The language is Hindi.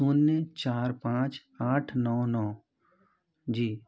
शून्य चार पाँच आठ नौ नौ जी